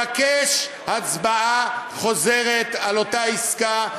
ולבקש הצבעה חוזרת על אותה עסקה,